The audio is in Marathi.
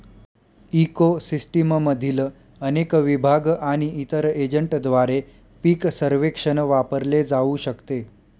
इको सिस्टीममधील अनेक विभाग आणि इतर एजंटद्वारे पीक सर्वेक्षण वापरले जाऊ शकते